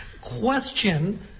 question